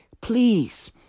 please